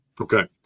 Okay